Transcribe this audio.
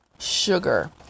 sugar